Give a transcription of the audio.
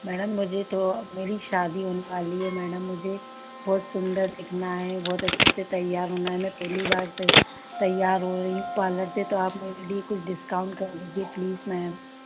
madam मुझे तो मेरी शादी होने वाली है मैडम मुझे बहुत सुंदर दिखना है बहुत अच्छे से तैयार होना है मैं पहली बार तैयार हो रही हूँ पार्लर से तो आप मेरे लिए कुछ डिस्काउंट कर दीजिए प्लीज़ मैम